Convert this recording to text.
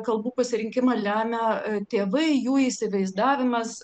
kalbų pasirinkimą lemia tėvai jų įsivaizdavimas